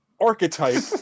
Archetype